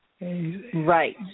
Right